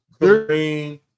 Green